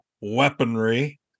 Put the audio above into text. weaponry